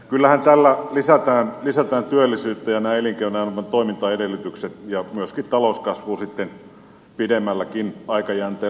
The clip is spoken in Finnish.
kyllähän tällä lisätään työllisyyttä ja näitä elinkeinoelämän toimintaedellytyksiä ja myöskin talouskasvua sitten pidemmälläkin aikajänteellä